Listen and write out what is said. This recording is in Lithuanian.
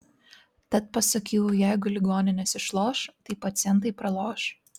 tad pasak jų jeigu ligoninės išloš tai pacientai praloš